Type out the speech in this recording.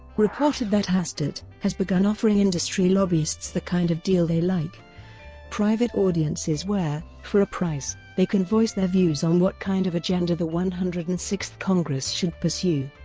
reported that hastert has begun offering industry lobbyists the kind of deal they like private audiences audiences where, for a price, they can voice their views on what kind of agenda the one hundred and sixth congress should pursue.